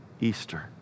Easter